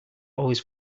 always